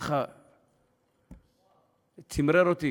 זה צמרר אותי.